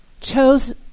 Chose